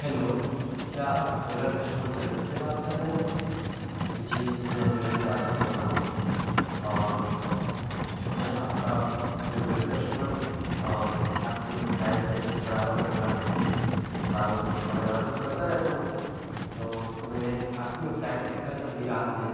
hello کیا آپ Ola customer service سے بات کر رہے ہیں جی میں جنید جعفر بول رہا ہوں اور میں آپ کا ریگولر کسٹمر ہوں اور آپ کی ویب سائٹ سے برابر اولا ٹیکسی کارس وغیرہ بک کرتا رہتا ہوں تو میں نے آپ کی ویب سائٹ سے کل ابھی رات میں